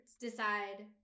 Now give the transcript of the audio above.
decide